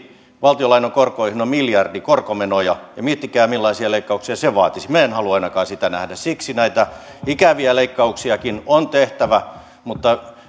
valtiolainan korkoihin on miljardi korkomenoja ja miettikää millaisia leikkauksia se vaatisi minä en halua ainakaan sitä nähdä siksi näitä ikäviä leikkauksiakin on tehtävä mutta